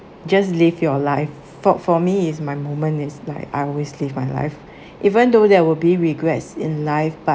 just live your life for for me is my moment is like I always live my life even though there will be regrets in life but